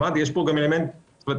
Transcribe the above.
יש פה גם אלמנט חגיגי,